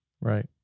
Right